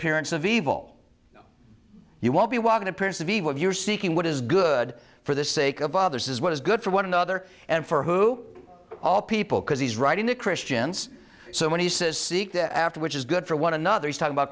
parents of evil you won't be walking appearance of evil if you're seeking what is good for the sake of others is what is good for one another and for who all people because he's writing to christians so when he says seek the after which is good for one another is talk about